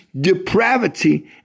depravity